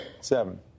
Seven